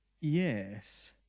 yes